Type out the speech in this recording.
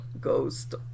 ghost